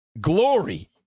glory